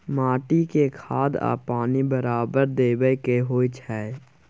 माटी में खाद आ पानी बराबर देबै के होई छै